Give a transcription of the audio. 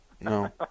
No